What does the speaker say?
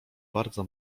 bardzo